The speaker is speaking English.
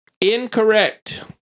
Incorrect